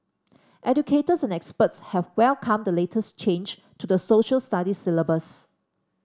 educators and experts have welcomed the latest change to the Social Studies syllabus